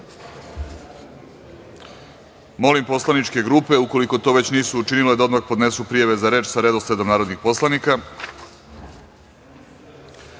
poslaničke grupe, ukoliko to već nisu učinile, da odmah podnesu prijave za reč sa redosledom narodnih poslanika. Otvaram